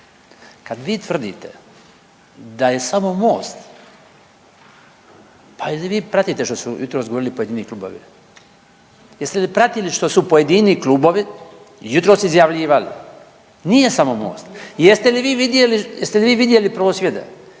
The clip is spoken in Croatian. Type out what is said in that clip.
Kad vi tvrdite da je samo MOST pa je li vi pratite što su jutros govorili pojedini klubovi? Jeste li pratili što su pojedini klubovi jutros izjavljivali? Nije samo Most. Jeste li vi vidjeli prosvjede?